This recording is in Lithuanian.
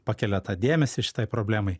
pakelia tą dėmesį šitai problemai